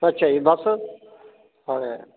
ਅੱਛਾ ਜੀ ਬੱਸ ਹਾਂ